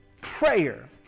prayer